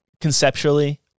conceptually